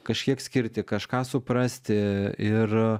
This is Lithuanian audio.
kažkiek skirti kažką suprasti ir